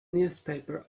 newspaper